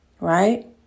Right